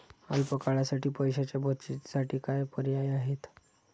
अल्प काळासाठी पैशाच्या बचतीसाठी काय पर्याय आहेत?